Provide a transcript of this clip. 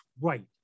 right